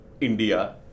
India